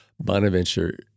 Bonaventure